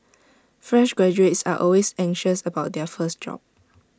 fresh graduates are always anxious about their first job